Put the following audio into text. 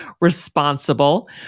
responsible